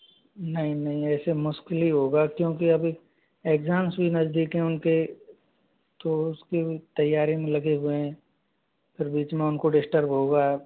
नहीं नहीं ऐसे मुश्किल ही होगा क्योंकि अभी एग्ज़ाम्ज़ भी नज़दीक हैं उनके तो उसकी भी तैयारी में लगे हुए हैं फिर बीच में उनको डिस्टर्ब होगा